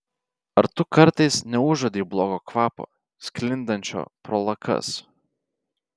ar tu kartais neužuodei blogo kvapo sklindančio pro lakas